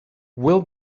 will